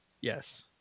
Yes